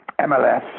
MLS